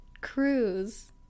cruise